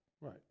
Right